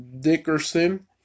Dickerson